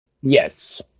Yes